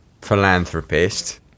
philanthropist